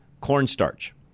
cornstarch